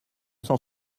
cent